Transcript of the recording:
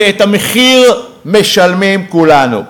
ואת המחיר משלמים כולנו.